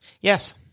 Yes